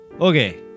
Okay